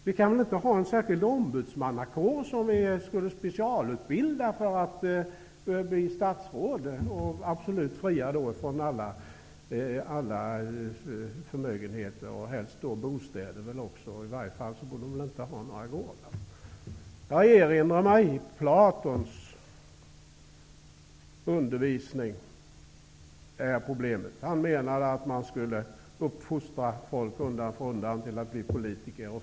Vi kan väl inte ha en särskild ombudsmannakår som vi skulle specialutbilda för att bli statsråd och absolut fria från alla förmögenheter, helst bostäder väl också. I varje fall borde de inte ha några gårdar. Jag erinrar mig Platons undervisning rörande det här problemet. Han menade att man skulle uppfostra folk undan för undan till att bli politiker.